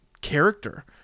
character